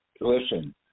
listen